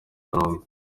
kanombe